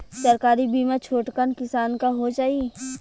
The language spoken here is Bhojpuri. सरकारी बीमा छोटकन किसान क हो जाई?